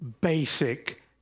basic